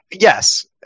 Yes